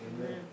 Amen